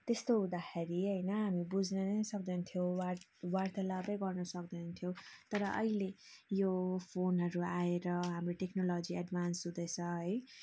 त्यस्तो हुँदाखेरि होइन हामी बुझ्नु नै सक्दैन थियो वार वार्तालापै गर्न सक्दैन थियो तर अहिले यो फोनहरू आएर हाम्रो टेक्नोलोजी एडभान्स हुँदैछ है